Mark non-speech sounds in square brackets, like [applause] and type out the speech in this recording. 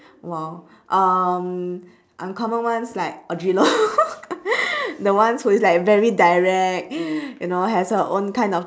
!wow! um uncommon ones like audrey lor [laughs] the ones who is like very direct you know has her own kind of